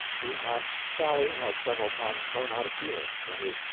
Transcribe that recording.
meantime, sally had several times thrown out a feeler that is,